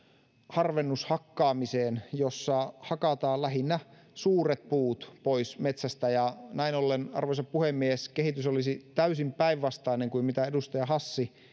harvennushakkaamiseen jossa hakataan lähinnä suuret puut pois metsästä ja näin ollen arvoisa puhemies kehitys olisi täysin päinvastainen kuin mitä edustaja hassi